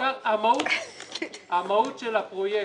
המהות של הפרויקט,